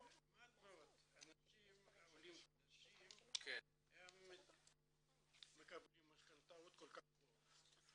מעט מאוד אנשים עולים חדשים מקבלים משכנתאות כל כך גבוהות.